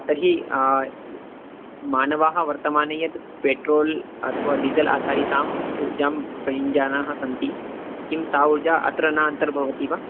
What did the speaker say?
तर्हि मानवाः वर्तमाने यत् पेट्रोल् अथवा डीसल् आधारिताम् उर्जां प्रयुञ्जानाः सन्ति किं सा ऊर्जा अत्र नान्तर्भवति वा